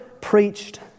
preached